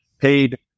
paid